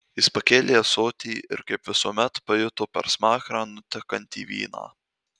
jis pakėlė ąsotį ir kaip visuomet pajuto per smakrą nutekantį vyną